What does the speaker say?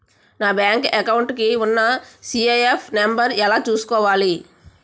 నా bank account కి ఉన్న సి.ఐ.ఎఫ్ నంబర్ ఎలా చూసుకోవాలి?